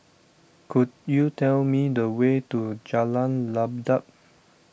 could you tell me the way to Jalan Ibadat